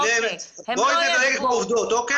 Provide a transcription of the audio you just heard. בואי נדייק בעובדות, אוקיי?